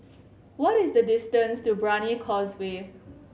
what is the distance to Brani Causeway